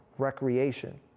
recreation.